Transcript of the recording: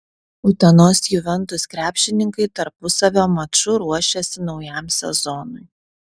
utenos juventus krepšininkai tarpusavio maču ruošiasi naujam sezonui